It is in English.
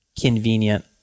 convenient